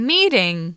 Meeting